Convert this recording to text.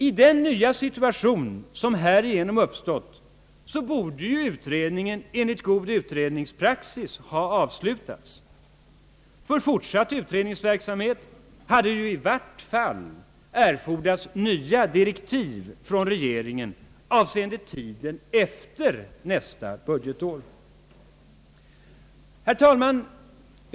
I den nya situation som härigenom uppstått borde utredningen enligt god praxis ha avslutats. För fortsatt utredningsverksamhet hade det i vart fall erfordrats nya direktiv från regeringen avseende tiden efter nästa budgetår. Herr talman!